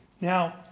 Now